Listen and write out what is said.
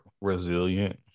resilient